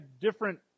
different